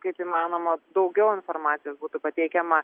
kaip įmanoma daugiau informacijos būtų pateikiama